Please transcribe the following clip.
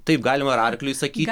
taip galima ar arkliui sakyt